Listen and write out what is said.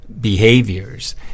behaviors